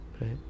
Right